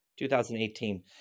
2018